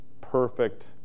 perfect